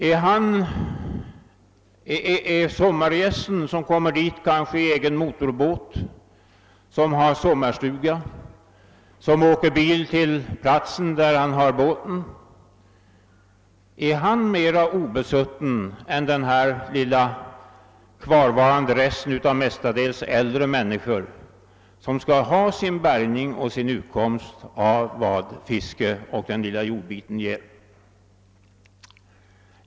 Är sommargästen — som kommer dit kanske i egen motorbåt, som har sommarstuga, som åker bil till platsen där han har båten — mera obesutten än den här lilla kvarvarande resten av mestadels äldre människor som skall ha sin bärgning och sin utkomst av vad fiske och den lilla jordbiten ger?